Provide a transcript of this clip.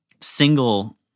single